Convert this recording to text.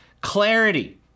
clarity